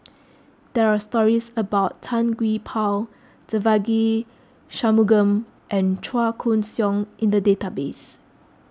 there are stories about Tan Gee Paw Devagi Sanmugam and Chua Koon Siong in the database